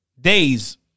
days